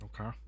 Okay